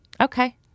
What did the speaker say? okay